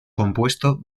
compuesto